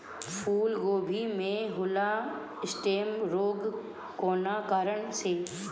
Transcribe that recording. फूलगोभी में होला स्टेम रोग कौना कारण से?